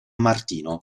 martino